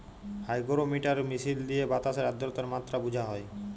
hygrometer মিশিল দিঁয়ে বাতাসের আদ্রতার মাত্রা বুঝা হ্যয়